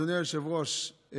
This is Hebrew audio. אדוני היושב-ראש,